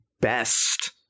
best